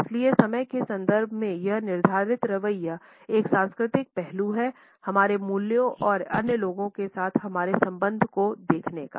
इसलिए समय के संदर्भ में यह निर्धारित रवैया एक सांस्कृतिक पहलू है हमारे मूल्यों और अन्य लोगों के साथ हमारे संबंधों को देखने का